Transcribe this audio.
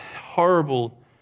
horrible